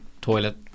toilet